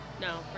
No